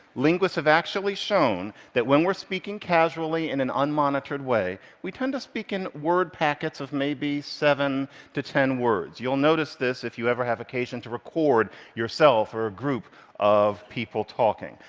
linguists have actually shown that when we're speaking casually in an unmonitored way, we tend to speak in word packets of maybe seven to ten words. you'll notice this if you ever have occasion to record yourself or a group of people talking.